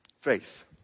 Faith